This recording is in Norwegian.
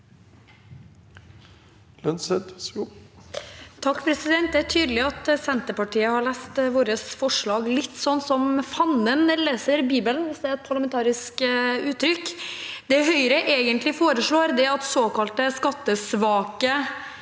(H) Det er tydelig at Senterpartiet har lest våre forslag litt som fanden leser Bibelen, hvis det er et parlamentarisk uttrykk. Det Høyre egentlig foreslår, er at såkalte skattesvake